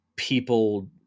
People